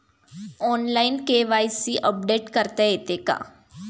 Online KYC update करता येते का?